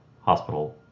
hospital